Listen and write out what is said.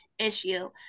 issue